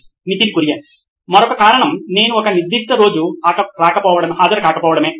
Nitin Kurian COO నోయిన్ electronics మరొక కారణం నేను ఒక నిర్దిష్ట రోజు హాజరుకాకపోవడమే